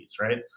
right